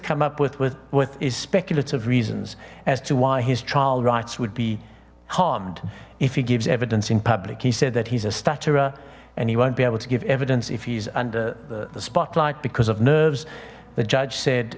come up with with with is speculative reasons as to why his trial rights would be harmed if he gives evidence in public he said that he's a stutterer and he won't be able to give evidence if he's under the spotlight because of nerves the judge said